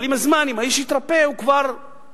אבל עם הזמן, אם האיש יתרפא, הוא כבר ישתקם.